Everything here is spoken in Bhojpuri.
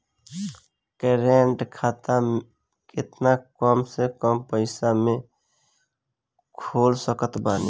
करेंट खाता केतना कम से कम पईसा से खोल सकत बानी?